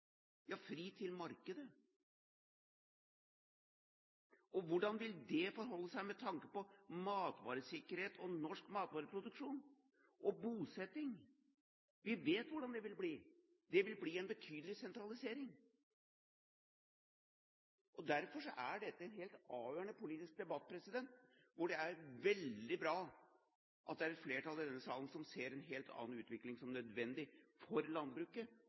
Ja, fri til markedet. Hvordan vil det forholde seg med tanke på matvaresikkerhet og norsk matvareproduksjon og bosetting? Vi vet hvordan det vil bli. Det vil bli en betydelig sentralisering. Derfor er dette en helt avgjørende politisk debatt. Det er veldig bra at det er et flertall i denne salen som ser en helt annen utvikling som nødvendig for landbruket